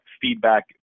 feedback